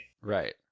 Right